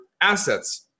assets